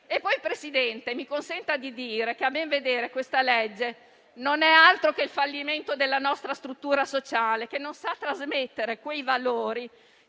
signor Presidente, mi consenta di dire che, a ben vedere, questo disegno di legge non è altro che il fallimento della nostra struttura sociale, che non sa trasmettere quei valori